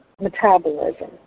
metabolism